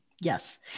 Yes